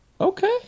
Okay